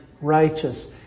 righteous